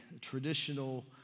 traditional